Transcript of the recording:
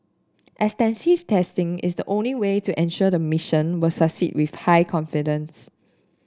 extensive testing is the only way to ensure the mission will succeed with high confidence